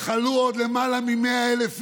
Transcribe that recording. חלו עוד למעלה מ-100,000 איש.